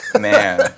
Man